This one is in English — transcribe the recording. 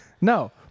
No